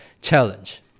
challenge